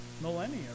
Millennia